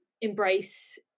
embrace